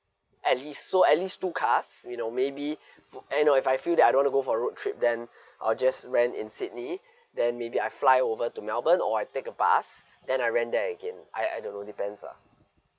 at least so at least two cars you know maybe fu~ and you know if I feel that I don't want to go for a road trip then I'll just rent in sydney then maybe I fly over to melbourne or I take a bus then I rent there again I I don't know depends ah